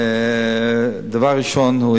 דבר ראשון,